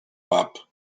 pap